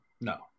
No